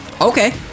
Okay